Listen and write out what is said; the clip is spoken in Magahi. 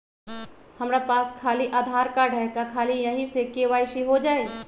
हमरा पास खाली आधार कार्ड है, का ख़ाली यही से के.वाई.सी हो जाइ?